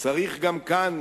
צריך גם כאן